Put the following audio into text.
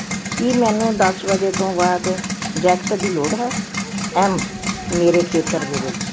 ਕੀ ਮੈਨੂੰ ਦਸ ਵਜੇ ਤੋਂ ਬਾਅਦ ਜੈਕਟ ਦੀ ਲੋੜ ਹੈ ਐਮ ਮੇਰੇ ਖੇਤਰ ਦੇ ਵਿੱਚ